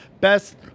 best